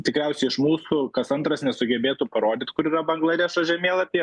tikriausiai iš mūsų kas antras nesugebėtų parodyt kur yra bangladešas žemėlapyje